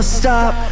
stop